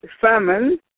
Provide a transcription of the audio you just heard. famine